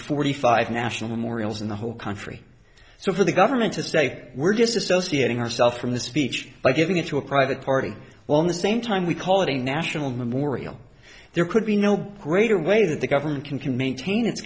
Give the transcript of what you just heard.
forty five national memorial in the whole country so for the government to say we're just associating ourself from the speech by giving it to a private party well in the same time we call it a national memorial there could be no greater way that the government can maintain its